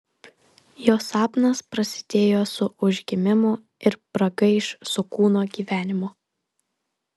jo sapnas prasidėjo su užgimimu ir pragaiš su kūno gyvenimu